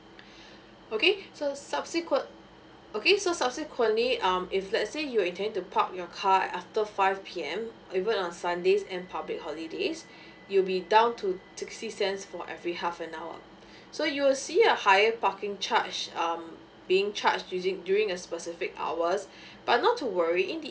okay so subsequen~ okay so subsequently um if let's say you intending to park your car after five P M and even on sundays and public holidays you'll be down to sixty cents for every half an hour so you will see a higher parking charge um being charge using during a specific hours but not to worry in the